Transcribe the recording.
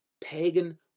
pagan